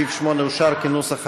סעיף 8 אושר כנוסח הוועדה.